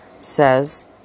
says